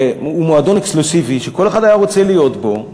מועדון אקסקלוסיבי שכל אחד היה רוצה להיות בו,